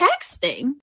texting